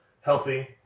Healthy